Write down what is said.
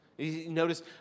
Notice